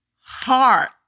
heart